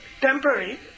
temporary